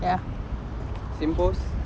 same pose